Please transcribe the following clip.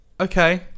Okay